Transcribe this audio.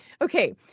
okay